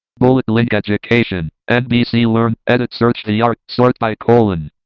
bullet link. education. nbc learn. edit. search. the art. sort by colon.